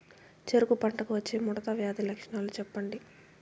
చెరుకు పంటకు వచ్చే ముడత వ్యాధి లక్షణాలు చెప్పండి?